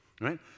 right